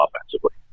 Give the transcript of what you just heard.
offensively